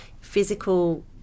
physical